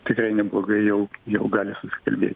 tikrai neblogai jau jau gali susikalbėt